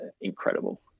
incredible